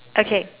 okay